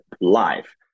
live